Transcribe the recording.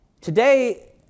today